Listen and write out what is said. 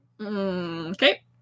Okay